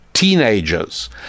teenagers